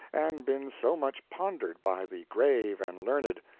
and been so much pondered by the grave and learned,